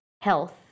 health